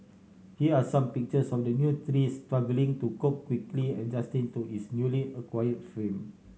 here are some pictures of the new trees struggling to cope quickly adjusting to its newly acquire fame